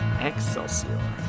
Excelsior